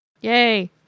Yay